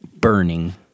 Burning